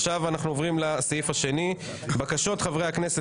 עכשיו אנחנו עוברים לסעיף השני: בקשות חברי הכנסת